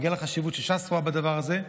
בגלל החשיבות שש"ס רואה בדבר הזה.